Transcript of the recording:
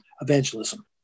evangelism